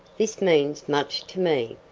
this means much to me,